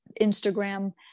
Instagram